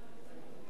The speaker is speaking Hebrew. חבר הכנסת רותם.